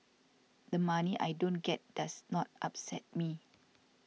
the money I don't get does not upset me